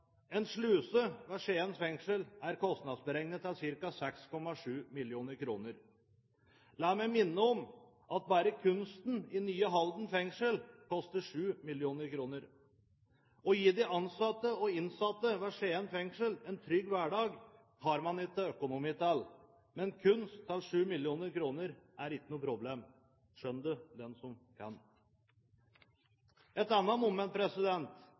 En sluse ved Skien fengsel er kostnadsberegnet til ca. 6,7 mill. kr. La meg minne om at bare kunsten i nye Halden fengsel koster 7 mill. kr. Å gi de ansatte og de innsatte ved Skien fengsel en trygg hverdag har man ikke økonomi til, men kunst til 7 mill. kr er ikke noe problem – skjønn det den som